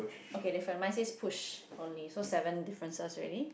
okay different mine says push only so seven differences already